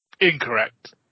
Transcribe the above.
Incorrect